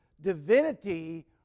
Divinity